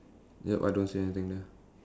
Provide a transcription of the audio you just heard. yup I don't see anything ya